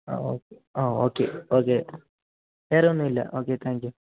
ആ ഓക്കെ ആ okay okay വേറെയൊന്നുമില്ല ഓക്കെ താങ്ക് യു